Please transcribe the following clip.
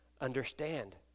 understand